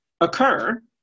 occur